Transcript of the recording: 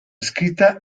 escrita